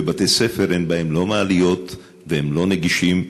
ובתי-ספר אין בהם מעליות והם לא נגישים.